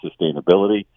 sustainability